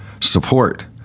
Support